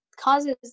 causes